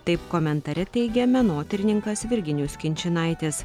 taip komentare teigia menotyrininkas virginijus kinčinaitis